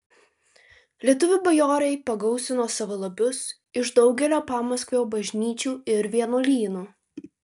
lietuvių bajorai pagausino savo lobius iš daugelio pamaskvio bažnyčių ir vienuolynų